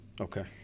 Okay